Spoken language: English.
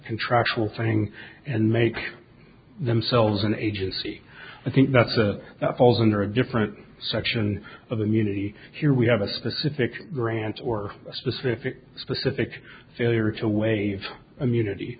contractual thing and make themselves an agency i think that's a falls under a different section of immunity here we have a specific grant or a specific specific failure to waive immunity